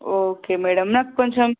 okay madam నాకు కొంచెం